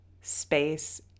space